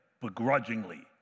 begrudgingly